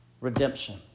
redemption